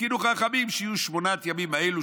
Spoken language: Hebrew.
התקינו חכמים שיהיו שמונת הימים האלו,